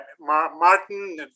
Martin